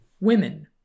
women